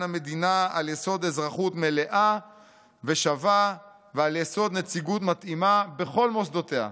המדינה על יסוד אזרחות מלאה ושווה ועל יסוד נציגות מתאימה בכל מוסדותיה,